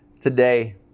today